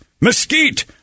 Mesquite